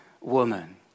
woman